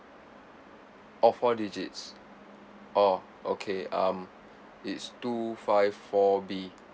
oh four digits orh okay um it's two five four B